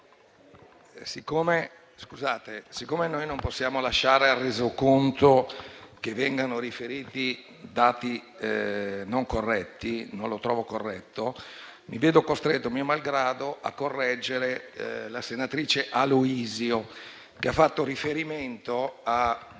siccome non possiamo lasciare nel Resoconto un riferimento a dati non corretti, perché non lo trovo corretto, mi vedo costretto, mio malgrado, a correggere la senatrice Aloisio, che ha fatto riferimento a